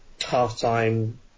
half-time